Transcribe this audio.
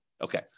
Okay